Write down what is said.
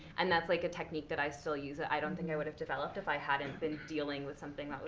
and that's like a technique that i still use that i don't think i would have developed if i hadn't been dealing with something that was,